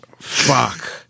Fuck